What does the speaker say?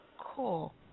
Cool